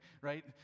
Right